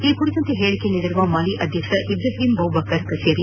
ಈ ಕುರಿತಂತೆ ಹೇಳಿಕೆ ನೀಡಿರುವ ಮಾಲಿ ಅಧ್ಯಕ್ಷ ಇಬ್ರಾಹಿಂ ಬೌಬಕರ್ ಕಚೇರಿ